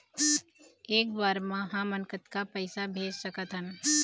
एक बर मे हमन कतका पैसा भेज सकत हन?